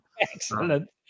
excellent